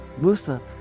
Musa